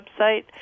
website